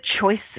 choices